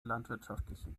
landwirtschaftliche